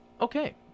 Okay